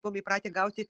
buvom įpratę gauti